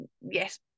yes